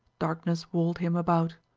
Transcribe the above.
darkness walled him about.